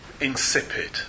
insipid